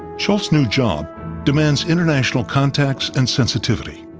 shultz's new job demands international contacts and sensitivity.